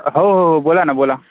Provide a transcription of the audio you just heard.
हो हो हो बोला ना बोला